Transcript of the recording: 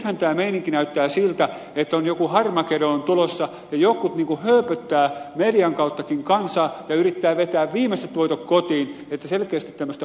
nythän tämä meininki näyttää siltä että on joku harmageddon tulossa ja jotkut niin kuin hööpöttävät median kauttakin kansaa ja yrittävät vetää viimeiset voitot kotiin että selkeästi tämmöistä paniikkia on ilmassa